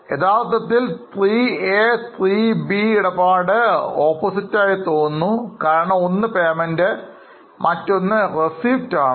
യഥാർത്ഥത്തിൽ 3a 3b ഇടപാട് വിപരീതമായി തോന്നുന്നു കാരണം ഒന്ന് payment മറ്റൊന്ന് receipt ആണ്